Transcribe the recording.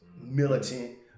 militant